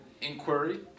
inquiry